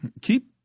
keep